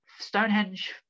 Stonehenge